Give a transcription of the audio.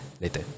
later